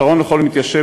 "פתרון לכל מתיישב",